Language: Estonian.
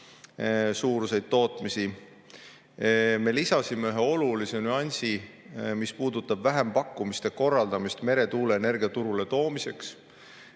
suuruseid tootmisi. Me lisasime ühe olulise nüansi, mis puudutab vähempakkumiste korraldamist meretuuleenergia turule toomiseks.